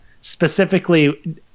specifically